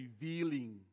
revealing